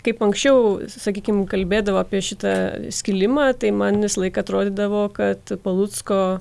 kaip anksčiau sakykim kalbėdavo apie šitą skilimą tai man visąlaik atrodydavo kad palucko